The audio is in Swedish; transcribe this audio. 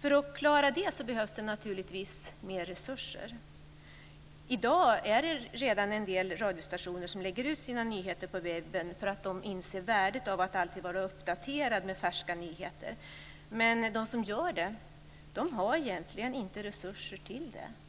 För att klara det behövs det naturligtvis mer resurser. Redan i dag lägger en del radiostationer ut sina nyheter på webben därför att de inser värdet av att alltid vara uppdaterade med färska nyheter. Men de som gör det har egentligen inte resurser till det.